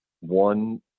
one